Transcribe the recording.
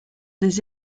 des